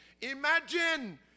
Imagine